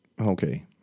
Okay